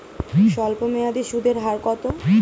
স্বল্পমেয়াদী সুদের হার কত?